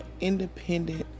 independent